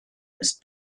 ist